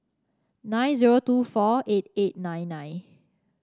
nine zero two four eight eight nine nine